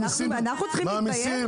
אנחנו צריכים להתבייש?